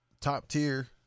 top-tier